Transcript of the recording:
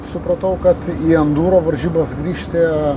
supratau kad jam dūro varžybas grįžti